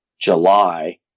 July